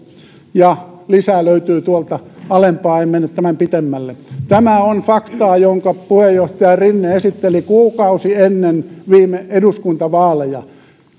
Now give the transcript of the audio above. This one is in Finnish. lisää löytyy alempaa mutta en mene tämän pitemmälle tämä on faktaa jonka puheenjohtaja rinne esitteli kuukausi ennen viime eduskuntavaaleja